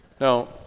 Now